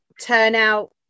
turnout